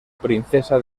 princesa